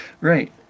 Right